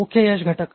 मुख्य यश घटक